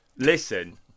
Listen